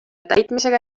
täitmisega